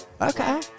Okay